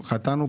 חטאנו,